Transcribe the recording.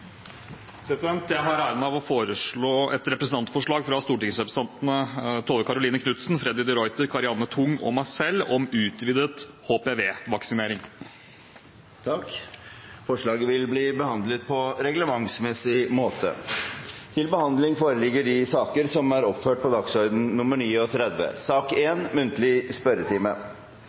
representantforslag. Jeg har æren av å sette fram et representantforslag fra stortingsrepresentantene Tove Karoline Knutsen, Freddy de Ruiter, Karianne Tung og meg selv om utvidet HPV-vaksinering. Forslaget vil bli behandlet på reglementsmessig måte. Stortinget mottok mandag meddelelse fra Statsministerens kontor om at statsrådene Jan Tore Sanner, Elisabeth Aspaker og Torbjørn Røe Isaksen vil møte til muntlig spørretime. De